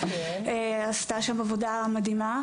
עשתה שם עבודה מדהימה.